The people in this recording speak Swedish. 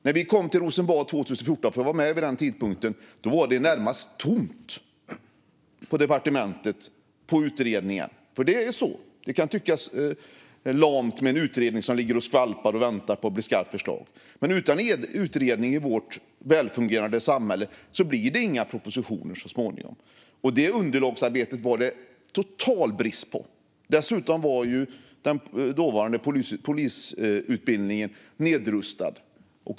När vi kom till Rosenbad 2014 - jag var med vid den tidpunkten - var det närmast tomt på utredningar på departementet. Det kan tyckas lamt med en utredning som ligger och skvalpar och väntar på att bli ett skarpt förslag. Men utan en utredning blir det i vårt välfungerande samhälle inga propositioner så småningom. Det underlagsarbetet var det total brist på. Dessutom var den dåvarande polisutbildningen nedrustad.